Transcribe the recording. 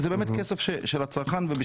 זה כסף של הצרכן.